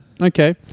Okay